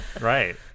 Right